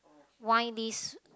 wine this